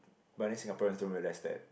but then Singaporeans don't realise that